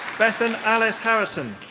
bethan alice harrison.